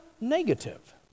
negative